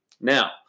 Now